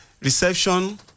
reception